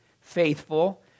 faithful